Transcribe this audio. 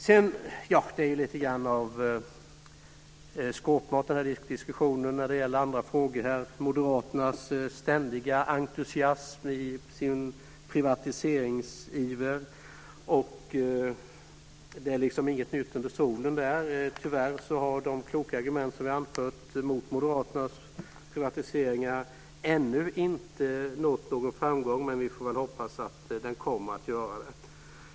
De andra frågorna i den här diskussionen är lite grann av skåpmat. Moderaternas ständiga entusiasm i sin privatiseringsiver. Det är liksom inget nytt under solen. Tyvärr har de kloka argument som vi har anfört mot Moderaternas privatiseringar ännu inte nått någon framgång. Men vi får väl hoppas att de kommer att göra det.